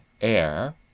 air